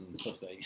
Thursday